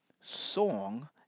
song